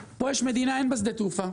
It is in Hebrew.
טס למדינה ולא חוזר ממנה כי אין בה שדה תעופה.